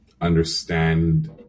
understand